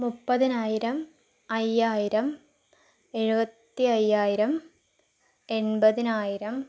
മുപ്പതിനായിരം അയ്യായിരം എഴുപത്തി അയ്യായിരം എൺപതിനായിരം